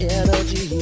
energy